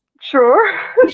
Sure